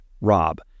Rob